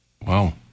Wow